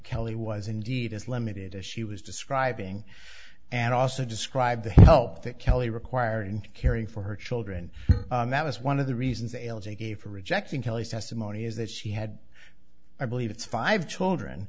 kelly was indeed as limited as she was describing and also described the help that kelly required caring for her children and that was one of the reasons they gave for rejecting kelly's testimony is that she had i believe it's five children